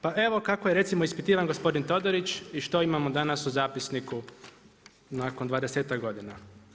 Pa evo kako je recimo ispitivan gospodin Todorić i što imamo danas u zapisniku nakon dvadesetak godina.